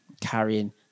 carrying